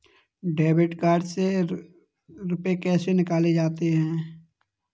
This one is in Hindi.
डेबिट कार्ड से रुपये कैसे निकाले जाते हैं?